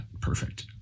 perfect